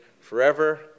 forever